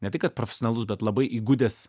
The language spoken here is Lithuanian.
ne tai kad profesionalus bet labai įgudęs